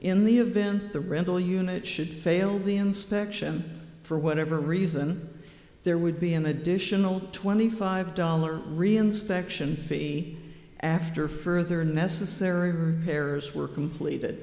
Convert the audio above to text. in the event the rental unit should fail the inspection for whatever reason there would be an additional twenty five dollars reinspection fee after further necessary repairs were completed